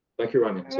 thank you rania!